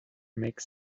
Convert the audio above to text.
makes